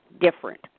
different